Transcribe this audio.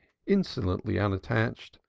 insolently unattached,